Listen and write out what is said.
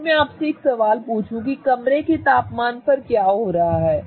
अगर मैं आपसे एक सवाल पूछूं कि कमरे के तापमान पर क्या हो रहा है